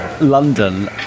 London